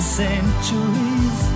centuries